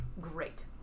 Great